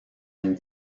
une